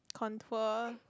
contour